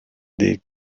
dig